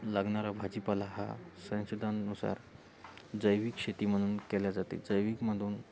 लागणार भाजीपाला हा संशोधानानुसार जैविक शेती म्हणून केल्या जाते जैविकमधून